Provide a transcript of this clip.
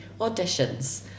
auditions